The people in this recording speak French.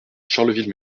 charleville